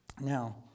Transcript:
Now